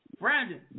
Brandon